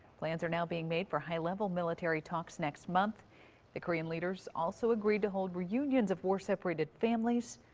plans are now being made for high-level military talks next month the korean leaders also agreed to hold reunions of war separated families